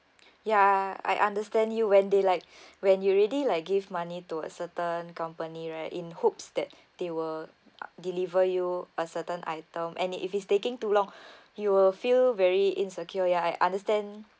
ya I understand you when they like when you already like give money to a certain company right in hopes that they will deliver you a certain item and if it's taking too long you will feel very insecure ya I understand